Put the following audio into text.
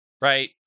right